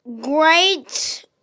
great